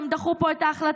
כמה זמן הם דחו פה את ההחלטה?